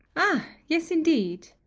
ah! yes, indeed,